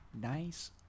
nice